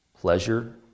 Pleasure